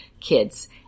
kids